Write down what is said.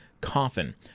coffin